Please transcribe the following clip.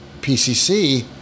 PCC